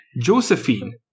Josephine